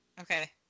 okay